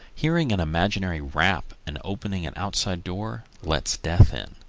hearing an imaginary rap and opening an outside door lets death in.